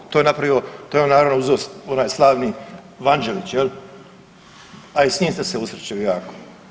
To je napravio, to je on naravno uzeo onaj slavni Vanđelić jel, a i s njim ste se usrećili jako.